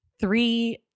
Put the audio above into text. three